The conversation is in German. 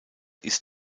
ist